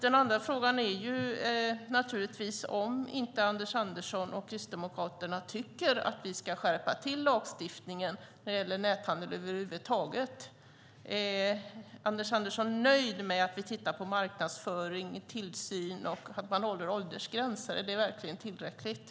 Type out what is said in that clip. Den andra frågan är om inte Anders Andersson och Kristdemokraterna tycker att vi ska skärpa lagstiftningen vad gäller näthandel över huvud taget. Är Anders Andersson nöjd med att vi tittar på marknadsföring och tillsyn och att man håller åldersgränserna? Är det verkligen tillräckligt?